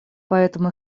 поэтому